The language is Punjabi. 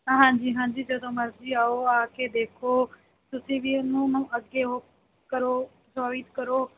ਹਾਂਜੀ ਹਾਂਜੀ ਜਦੋਂ ਮਰਜ਼ੀ ਆਓ ਆ ਕੇ ਦੇਖੋ ਤੁਸੀਂ ਵੀ ਉਹਨੂੰ ਅੱਗੇ ਹੋ ਕਰੋ ਚੁਆਇਸ ਕਰੋ